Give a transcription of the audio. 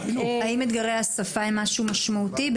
האם אתגרי השפה הם משהו משמעותי,